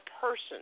person